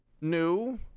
new